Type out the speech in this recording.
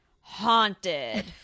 haunted